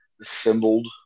assembled